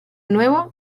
nuevo